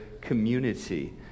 community